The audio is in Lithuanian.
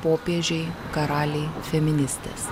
popiežiai karaliai feministės